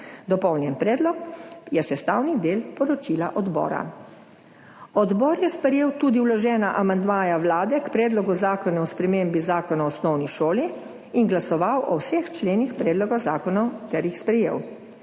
Dopolnjeni predlog je sestavni del poročila odbora. Odbor je sprejel tudi vložena amandmaja Vlade k Predlogu zakona o spremembi Zakona o osnovni šoli in glasoval o vseh členih predloga zakona ter jih sprejel.